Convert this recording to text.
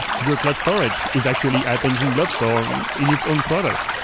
google cloud storage is actually app engine blob store in its own product.